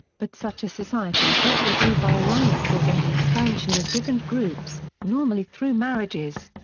but such a society also grew by alliances and the expansion of different groups, normally through marriages.